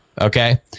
okay